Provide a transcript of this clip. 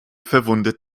verwundet